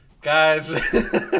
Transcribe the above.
Guys